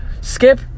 skip